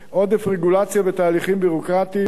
2. עודף רגולציה בתהליכים ביורוקרטיים,